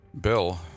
Bill